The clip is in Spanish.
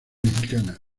mexicana